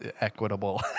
equitable